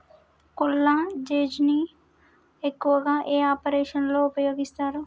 కొల్లాజెజేని ను ఎక్కువగా ఏ ఆపరేషన్లలో ఉపయోగిస్తారు?